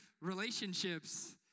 relationships